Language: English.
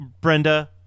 Brenda